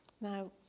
Now